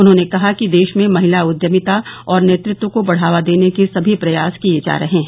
उन्होंने कहा कि देश में महिला उद्यमिता और नेतृत्व को बढ़ावा देने के सभी प्रयास किए जा रहे हैं